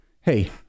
hey